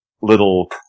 little